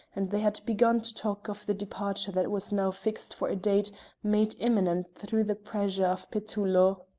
and they had begun to talk of the departure that was now fixed for a date made imminent through the pressure of petullo.